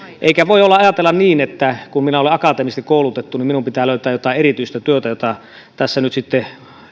eikä voi ajatella niin että kun minä olen akateemisesti koulutettu niin minun pitää löytää jotain erityistä työtä kuten tässä nyt sitten